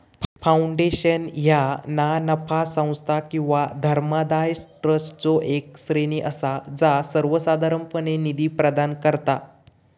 foundation ह्या ना नफा संस्था किंवा धर्मादाय ट्रस्टचो येक श्रेणी असा जा सर्वोसाधारणपणे निधी प्रदान करता